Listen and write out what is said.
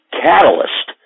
catalyst